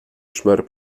szmer